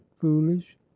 foolish